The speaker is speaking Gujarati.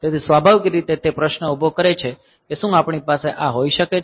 તેથી સ્વાભાવિક રીતે તે પ્રશ્ન ઊભો કરે છે કે શું આપણી પાસે આ હોઈ શકે છે